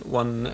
one